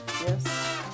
yes